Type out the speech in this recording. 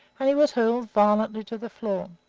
and he was hurled violently to the floor.